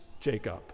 Jacob